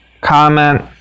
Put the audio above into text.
comment